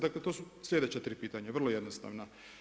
Dakle to su sljedeća tri pitanja vrlo jednostavna.